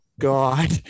God